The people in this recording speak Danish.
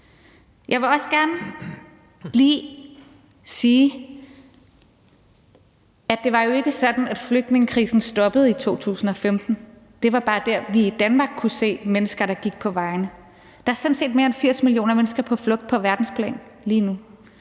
Jeg vil også gerne lige sige, at det jo ikke var sådan, at flygtningekrisen stoppede i 2015. Det var bare der, vi i Danmark kunne se mennesker, der gik på vejene. Der er sådan set mere end 80 millioner mennesker på flugt på verdensplan lige nu.